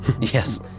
Yes